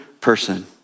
person